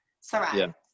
sarah